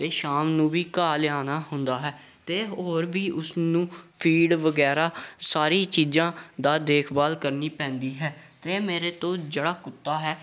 ਅਤੇ ਸ਼ਾਮ ਨੂੰ ਵੀ ਘਾਹ ਲਿਆਉਣਾ ਹੁੰਦਾ ਹੈ ਅਤੇ ਹੋਰ ਵੀ ਉਸਨੂੰ ਫੀਡ ਵਗੈਰਾ ਸਾਰੀਆਂ ਚੀਜ਼ਾਂ ਦੀ ਦੇਖਭਾਲ ਕਰਨੀ ਪੈਂਦੀ ਹੈ ਅਤੇ ਮੇਰੇ ਤੋਂ ਜਿਹੜਾ ਕੁੱਤਾ ਹੈ